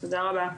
תודה.